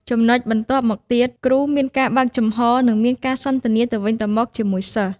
ចំណុចបន្ទាប់មកទៀតគ្រូមានការបើកចំហរ និងមានការសន្ទនាទៅវិញទៅមកជាមួយសិស្ស។